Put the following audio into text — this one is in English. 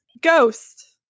Ghost